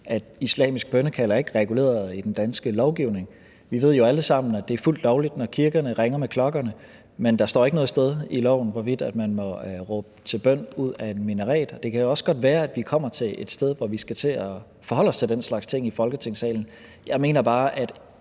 Islamisk bønnekald er ikke reguleret i den danske lovgivning. Vi ved jo alle sammen, at det er fuldt lovligt, når kirkerne ringer med klokkerne, men der står ikke noget sted i loven, hvorvidt man må råbe til bøn ud fra en minaret. Og det kan jo også godt være, at vi kommer til et sted, hvor vi skal til at forholde os til den slags ting i Folketingssalen. Jeg mener bare, at